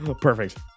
Perfect